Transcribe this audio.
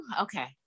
Okay